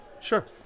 Sure